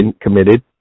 committed